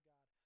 God